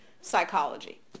psychology